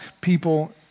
people